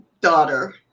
daughter